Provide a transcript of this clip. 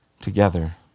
together